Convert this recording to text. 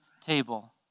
table